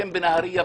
בנהריה,